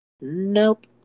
Nope